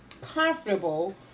comfortable